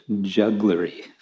jugglery